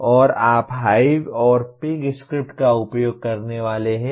और आप हाइव और पिग स्क्रिप्ट का उपयोग करने वाले हैं